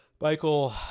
Michael